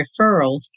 referrals